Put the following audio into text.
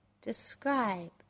describe